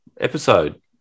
episode